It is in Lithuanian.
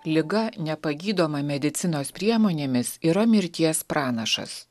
liga nepagydoma medicinos priemonėmis yra mirties pranašas